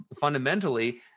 fundamentally